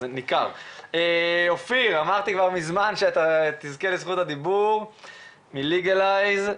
אופיר שיקרקה מארגון ליגלייז בבקשה.